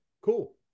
cool